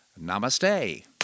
Namaste